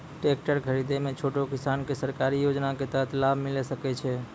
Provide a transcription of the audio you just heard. Tractor खरीदै मे छोटो किसान के सरकारी योजना के तहत लाभ मिलै सकै छै?